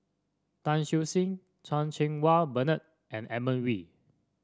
Tan Siew Sin Chan Cheng Wah Bernard and Edmund Wee